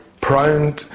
prone